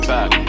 Back